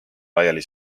laiali